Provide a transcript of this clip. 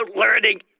learning